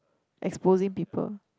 exposing people